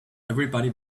everybody